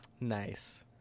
Nice